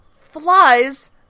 flies-